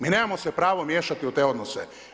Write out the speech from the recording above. Mi nemamo se pravo miješati u te odnose.